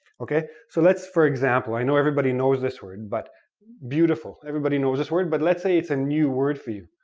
so lets for example, i know everybody knows this word, but beautiful. everybody knows this word, but let's say it's a new word for you.